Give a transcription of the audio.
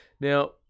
Now